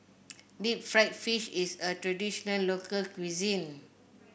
Deep Fried Fish is a traditional local cuisine